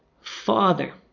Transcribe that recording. father